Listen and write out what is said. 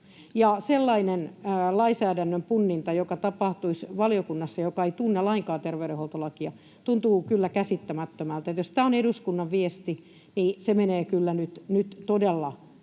Sellainen lainsäädännön punninta, joka tapahtuisi valiokunnassa, joka ei tunne lainkaan terveydenhuoltolakia, tuntuu kyllä käsittämättömältä. Jos tämä on eduskunnan viesti, se menee kyllä nyt todella